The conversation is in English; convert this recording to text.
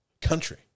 Country